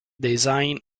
design